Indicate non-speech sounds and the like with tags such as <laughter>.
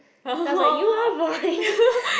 then I was like you are boring <noise>